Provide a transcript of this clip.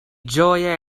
ĝoje